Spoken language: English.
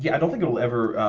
yeah i don't think it'll ever,